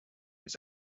was